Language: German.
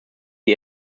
die